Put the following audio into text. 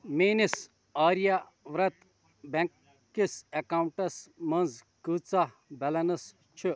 میٛٲنِس آریاورٛت بیٚنٛک کِس ایٚکاونٛٹَس منٛز کۭژاہ بیلنٕس چھِ